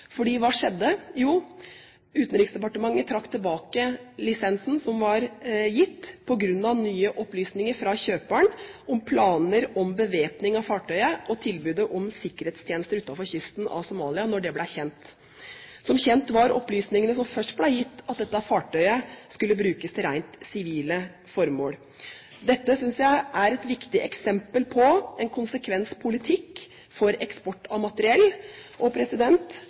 hva skjedde? Jo, Utenriksdepartementet trakk tilbake den lisensen som var gitt da nye opplysninger fra kjøperen om planer om bevæpning av fartøyet og tilbudet om sikkerhetstjenester utenfor kysten av Somalia ble kjent. Som kjent var opplysningene som først ble gitt, at fartøyet skulle brukes til rent sivile formål. Dette synes jeg er et viktig eksempel på en konsekvent politikk for eksport av materiell.